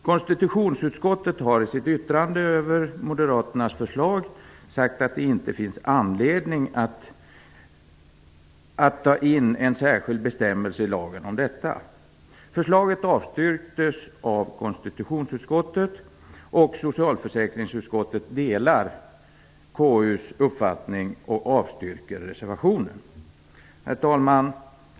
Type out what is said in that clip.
Konstitutionsutskottet har i sitt yttrande över moderaternas förslag sagt att det inte finns anledning att ta in en särskild bestämmelse i lagen om detta. Förslaget avstyrktes av konstitutionsutskottet, och socialförsäkringsutskottet delar KU:s uppfattning och avstyrker reservationen. Herr talman!